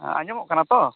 ᱟᱸᱡᱚᱢᱚᱜ ᱠᱟᱱᱟ ᱛᱚ